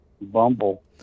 bumble